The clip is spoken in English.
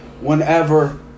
Whenever